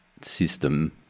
system